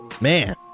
man